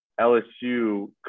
LSU